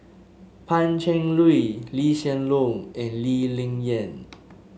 Pan Cheng Lui Lee Hsien Loong and Lee Ling Yen